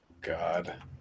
God